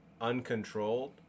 uncontrolled